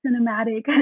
cinematic